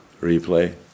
replay